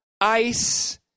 ice